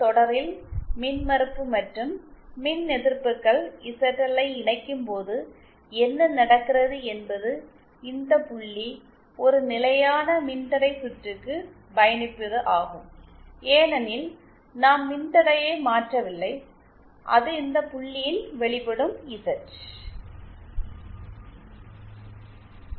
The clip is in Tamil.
தொடரில் மின்மறுப்பு மற்றும் மின்எதிர்ப்புகள் இசட்எல் ஐ இணைக்கும்போது என்ன நடக்கிறது என்பது இந்த புள்ளி ஒரு நிலையான மின்தடை சுற்றுக்கு பயணிப்பது ஆகும் ஏனெனில் நாம் மின்தடையை மாற்றவில்லை அது இந்த புள்ளியில் வெளிப்படும் இசட்Z